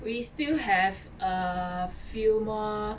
we still have a few more